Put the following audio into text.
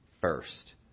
first